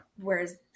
Whereas